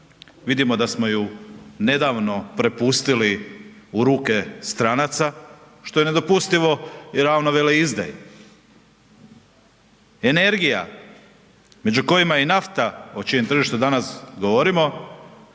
vidimo da smo ju nedavno prepustili u ruke stranaca, što je nedopustivo i ravno veleizdaji. Energija, među kojima je i nafta, o čijem tržištu danas govorimo,